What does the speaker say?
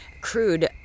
crude